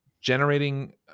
generating